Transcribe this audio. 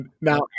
now